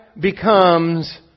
becomes